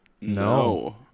No